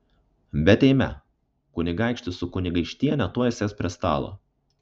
bet eime kunigaikštis su kunigaikštiene tuoj sės prie stalo